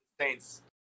Saints